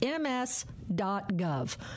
ms.gov